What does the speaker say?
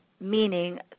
meaning